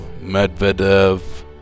Medvedev